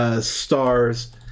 Stars